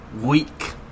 Week